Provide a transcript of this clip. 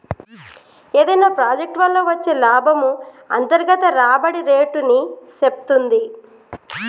ఏదైనా ప్రాజెక్ట్ వల్ల వచ్చే లాభము అంతర్గత రాబడి రేటుని సేప్తుంది